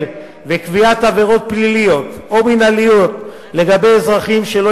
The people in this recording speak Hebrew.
וקביעת עבירות פליליות או מינהליות לגבי אזרחים שלא